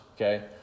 okay